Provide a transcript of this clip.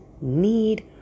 need